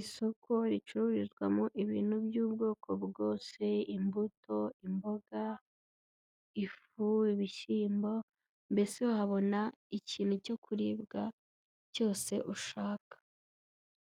Isoko ricururizwamo ibintu by'ubwoko bwose; imbuto, imboga, ifu, ibishyimbo, mbese wahabona ikintu cyo kuribwa cyose ushaka.